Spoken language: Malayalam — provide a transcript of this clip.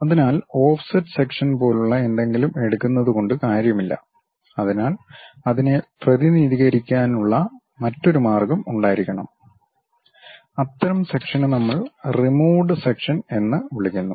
അതിനാൽ ഓഫ്സെറ്റ് സെക്ഷൻ പോലുള്ള എന്തെങ്കിലും എടുക്കുന്നത് കൊണ്ട് കാര്യമില്ല അതിനാൽ അതിനെ പ്രതിനിധീകരിക്കുന്നതിനുള്ള മറ്റൊരു മാർഗ്ഗം ഉണ്ടായിരിക്കണം അത്തരം സെക്ഷന് നമ്മൾ റിമൂവ്ഡ് സെക്ഷൻ എന്ന് വിളിക്കുന്നു